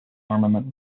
armament